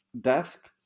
desk